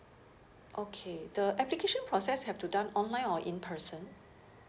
okay the application process have to done online or in person